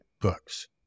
books